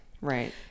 Right